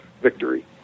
victory